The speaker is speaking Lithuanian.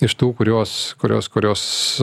iš tų kurios kurios kurios